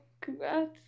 congrats